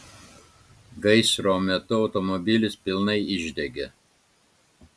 gaisro metu automobilis pilnai išdegė